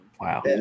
wow